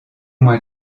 moins